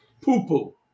Poo-poo